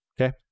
Okay